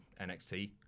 NXT